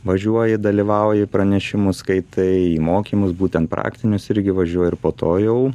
važiuoji dalyvauji pranešimus skaitai į mokymus būtent praktinius irgi važiuoju po to jau